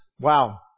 wow